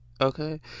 Okay